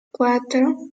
cuatro